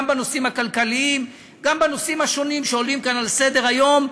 גם בנושאים הכלכליים וגם בנושאים השונים שעולים כאן על סדר-היום,